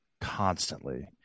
constantly